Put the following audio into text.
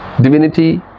Divinity